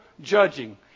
judging